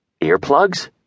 Earplugs